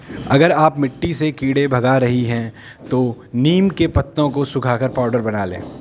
अगर आप मिट्टी से कीड़े भगा रही हैं तो नीम के पत्तों को सुखाकर पाउडर बना लें